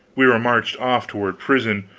we were marched off toward prison,